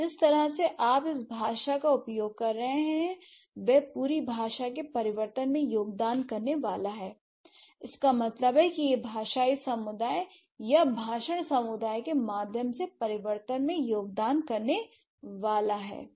तो जिस तरह से आप इस भाषा का उपयोग कर रहे हैं वह पूरी भाषा के परिवर्तन में योगदान करने वाला है इसका मतलब है कि यह भाषाई समुदाय या भाषण समुदाय के माध्यम से परिवर्तन में योगदान करने वाला है